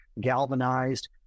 galvanized